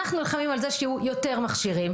אנחנו נלחמים על זה שיהיו יותר מכשירים.